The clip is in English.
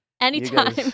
anytime